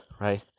right